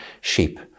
sheep